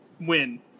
win